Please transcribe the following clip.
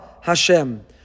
Hashem